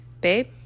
Babe